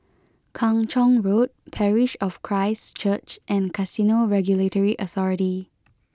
Kung Chong Road Parish of Christ Church and Casino Regulatory Authority